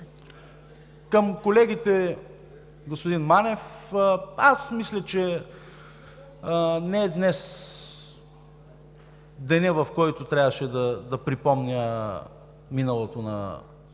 Към колегите. Господин Манев, аз мисля, че не е днес денят, в който трябваше да припомня миналото на Българската